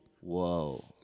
Whoa